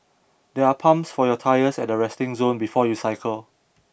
there are pumps for your tyres at the resting zone before you cycle